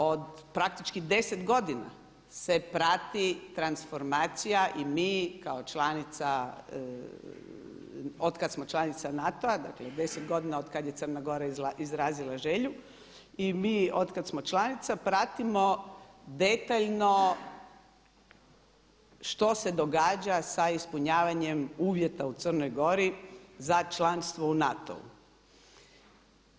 Od praktički 10 godina se prati transformacija i mi kao članica, od kad smo članica NATO-a, dakle 10 godina od kad je Crna Gora izrazila želju i mi od kad smo članica pratimo detaljno što se događa sa ispunjavanjem uvjeta u Crnoj Gori za članstvo u NATO-u.